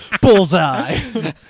bullseye